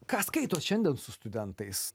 ką skaitot šiandien su studentais